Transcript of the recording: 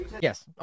Yes